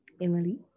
Emily